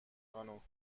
خانم